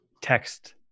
text